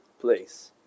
place